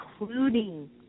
including